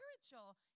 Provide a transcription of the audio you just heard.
spiritual